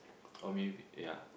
or maybe ya